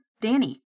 Danny